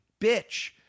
bitch